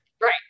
right